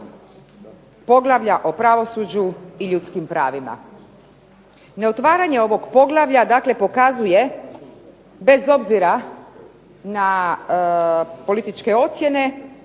poglavlja o pravosuđu i ljudskim pravima. Neotvaranje ovog poglavlja, dakle pokazuje bez obzira na političke ocjene